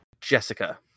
jessica